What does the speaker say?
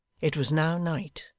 it was now night,